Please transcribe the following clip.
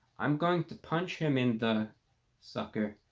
i'm going to punch him in the sucker